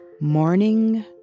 morning